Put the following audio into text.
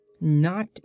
Not